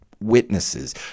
witnesses